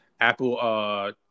apple